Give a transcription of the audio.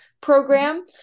program